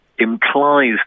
implies